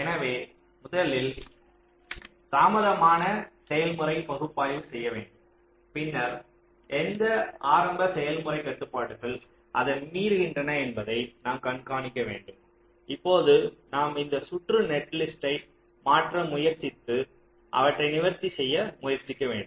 எனவே முதலில் தாமதமான செயல்முறை பகுப்பாய்வு செய்ய வேண்டும் பின்னர் எந்த ஆரம்ப செயல்முறை கட்டுப்பாடுகள் அதை மீறுகின்றன என்பதை நாம் கண்காணிக்க வேண்டும் இப்போதும் நாம் இந்த சுற்று நெட்லிஸ்ட்டை மாற்ற முயற்சித்து அவற்றை நிவர்த்தி செய்ய முயற்சிக்க வேண்டும்